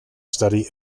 study